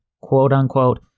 quote-unquote